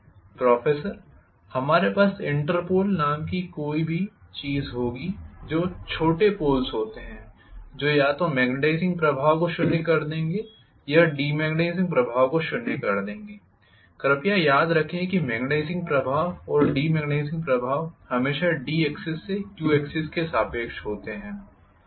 professor हमारे पास interpole नाम की भी कोई चीज होगी जो छोटे पोल्स होते हैं जो या तो मैग्नेटाइजिंग प्रभाव को शून्य कर देंगे या डीमेग्नेटाइजिंग प्रभाव को शून्य कर देंगे कृपया याद रखें कि मैग्नेटाइजिंग प्रभाव और डीमैग्नेटाइजिंग प्रभाव हमेशा D एक्सिस से Q एक्सिस के सापेक्ष होते हैं